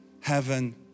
heaven